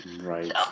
right